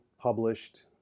published